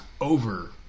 over